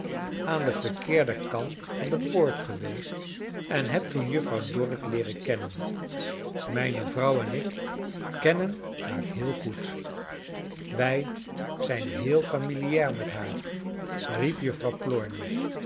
aan den verkeerclen kant van de poort geweest en heb toen juffrouw dorrit leeren kennen mijne vrouw en ik kenien haar heel goed wij zijn heel familiaar met haar riep